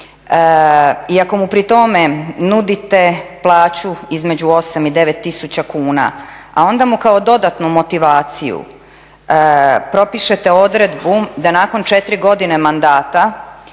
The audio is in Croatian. ako mu pri tome nudite plaću između 8 i 9 tisuća kuna, a onda mu kao dodatnu motivaciju propišete odredbu da nakon 4 godine mandata